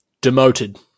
Demoted